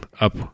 up